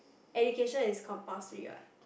education is compulsory what